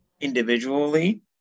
individually